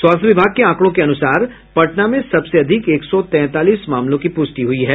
स्वास्थ्य विभाग के आंकड़ों के अनुसार पटना में सबसे अधिक एक सौ तैंतालीस मामलों की पुष्टि हुई है